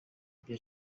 bya